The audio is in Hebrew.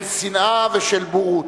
של שנאה ושל בורות.